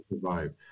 survive